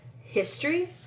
history